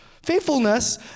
Faithfulness